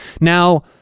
Now